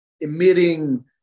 emitting